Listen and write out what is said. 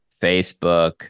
Facebook